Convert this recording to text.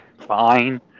fine